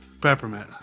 peppermint